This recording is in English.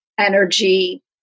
energy